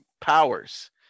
powers